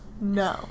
no